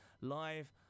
live